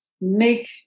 make